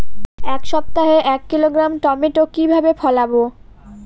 এক সপ্তাহে এক কিলোগ্রাম টমেটো কিভাবে ফলাবো?